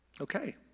Okay